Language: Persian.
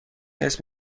اسم